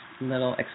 little